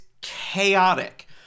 chaotic